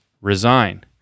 Resign